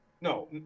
No